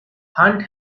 hunt